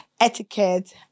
etiquette